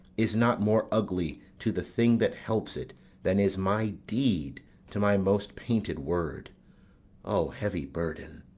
is not more ugly to the thing that helps it than is my deed to my most painted word o heavy burden!